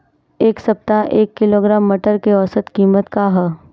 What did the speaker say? एक सप्ताह एक किलोग्राम मटर के औसत कीमत का ह?